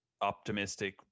optimistic